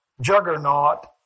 Juggernaut